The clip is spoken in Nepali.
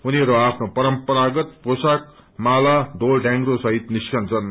उनीहरू आफ्नो परम्परागत पोशाक माला ढ़ोल ढ़यांग्रो सहित निस्कछन्